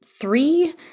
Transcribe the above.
three